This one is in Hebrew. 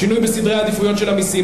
שינוי בסדרי עדיפויות של המסים.